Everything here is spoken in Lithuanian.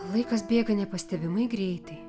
laikas bėga nepastebimai greitai